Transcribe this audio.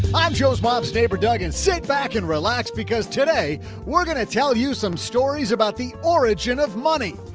i'm joe's mom's neighbor doug and sit back and relax because today we're going to tell you some stories about the origin of money?